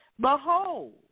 Behold